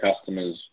customers